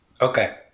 okay